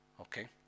Okay